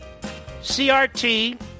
CRT